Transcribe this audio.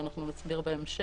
ואנחנו נסביר בהמשך,